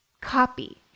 copy